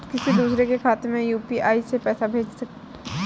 किसी दूसरे के खाते में यू.पी.आई से पैसा कैसे भेजें?